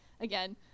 again